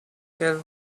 get